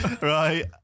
Right